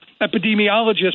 epidemiologist